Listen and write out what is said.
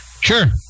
Sure